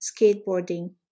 skateboarding